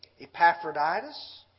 Epaphroditus